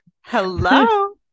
hello